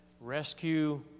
rescue